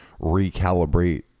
recalibrate